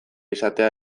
izatea